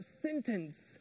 sentence